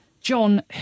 John